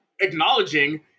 acknowledging